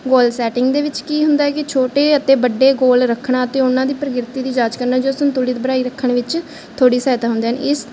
ਗੋਲ setting ਦੇ ਵਿੱਚ ਕੀ ਹੁੰਦਾ ਹੈ ਕਿ ਛੋਟੇ ਅਤੇ ਵੱਡੇ ਗੋਲ ਰੱਖਣਾ ਅਤੇ ਉਹਨਾਂ ਦੀ ਪ੍ਰਕਿਰਤੀ ਦੀ ਜਾਂਚ ਕਰਨਾ ਜੋ ਸੰਤੁਲਿਤ ਬਣਾਈ ਰੱਖਣ ਵਿੱਚ ਥੋੜ੍ਹੀ ਸਹਾਇਤਾ ਹੁੰਦੇ ਹਨ ਇਸ